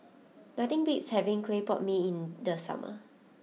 nothing beats having Clay Pot Mee in the summer